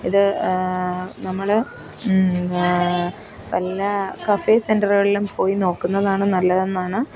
ഇത് നമ്മൾ വല്ല കഫേ സെൻറ്ററുകളിലും പോയി നോക്കുന്നതാണ് നല്ലതെന്നാണ്